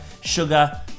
sugar